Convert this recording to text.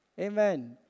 Amen